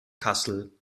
kassel